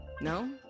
no